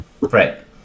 right